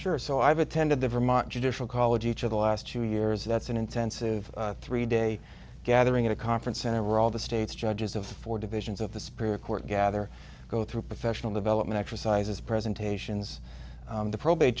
sure so i've attended the vermont judicial college each of the last two years that's an intensive three day gathering in a conference center all the states judges of four divisions of the spirit court gather go through professional development exercises presentations the probate